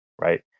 right